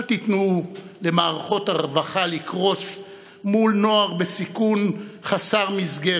אל תיתנו למערכות הרווחה לקרוס מול נוער בסיכון חסר מסגרת,